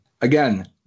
Again